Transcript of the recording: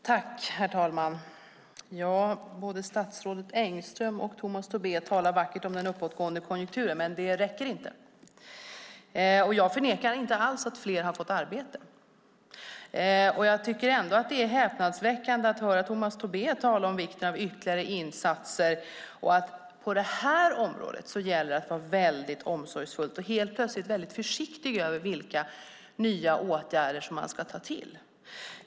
Herr talman! Både statsrådet Engström och Tomas Tobé talar vackert om den uppåtgående konjunkturen, men det räcker inte. Jag förnekar inte alls att fler har fått arbete. Jag tycker ändå att det är häpnadsväckande att höra Tomas Tobé tala om vikten av ytterligare insatser och att på det här området gäller det att vara väldigt omsorgsfull och helt plötsligt väldigt försiktig med vilka nya åtgärder som man ska ta till.